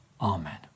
Amen